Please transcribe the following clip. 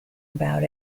about